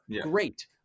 Great